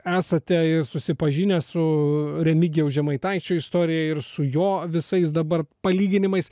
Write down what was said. esate ir susipažinęs su remigijaus žemaitaičio istorija ir su juo visais dabar palyginimais